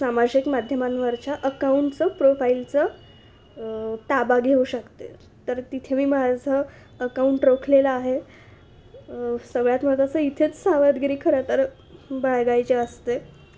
सामाजिक माध्यमांवरच्या अकाऊंटचं प्रोफाईलचं ताबा घेऊ शकते तर तिथे मी माझं अकाऊंट रोखलेलं आहे सगळ्यात महत्त्वाचं इथेच सावधगिरी खरं तर बाळगायची असते